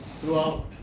throughout